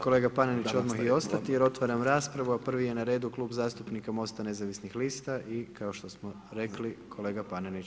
Kolega Panenić, će odmah i ostati, jer otvaram raspravu, a prvi je na redu Klub zastupnika Mosta nezavisnih lista i kao što smo rekli kolega Panenić.